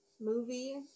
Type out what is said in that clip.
movie